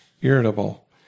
irritable